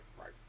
right